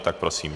Tak prosím.